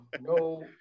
no